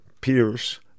Pierce